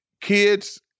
Kids